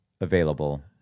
Available